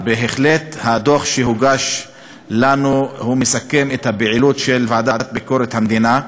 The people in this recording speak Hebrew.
הדוח שהוגש לנו בהחלט מסכם את הפעילות של ועדת ביקורת המדינה.